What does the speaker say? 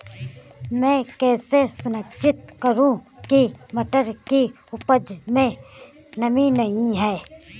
मैं कैसे सुनिश्चित करूँ की मटर की उपज में नमी नहीं है?